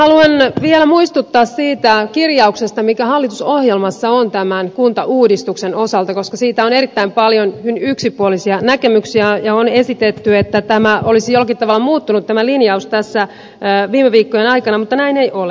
haluan vielä muistuttaa siitä kirjauksesta joka hallitusohjelmassa on tämän kuntauudistuksen osalta koska siitä on erittäin paljon hyvin yksipuolisia näkemyksiä ja on esitetty että tämä linjaus olisi jollakin tavalla muuttunut tässä viime viikkojen aikana mutta näin ei ole